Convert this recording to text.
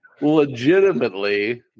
Legitimately